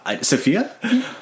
Sophia